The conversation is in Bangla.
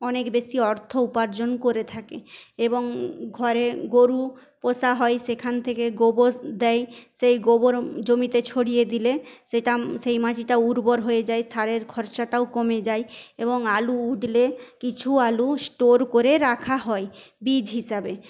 অনেক বেশি অর্থ উপার্জন করে থাকে এবং ঘরে গরু পোষা হয় সেখান থেকে গোবর দেয় সেই গোবর জমিতে ছড়িয়ে দিলে সেটা সেই মাটিটা উর্বর হয়ে যায় সারের খরচাটাও কমে যায় এবং আলু উঠলে কিছু আলু স্টোর করে রাখা হয় বীজ হিসাবে